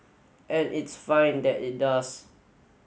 and it's fine that it does